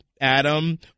Adam